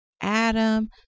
adam